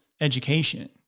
education